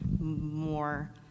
more